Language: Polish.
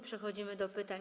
Przechodzimy do pytań.